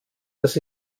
das